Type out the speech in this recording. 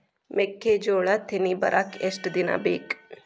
ಮೆಕ್ಕೆಜೋಳಾ ತೆನಿ ಬರಾಕ್ ಎಷ್ಟ ದಿನ ಬೇಕ್?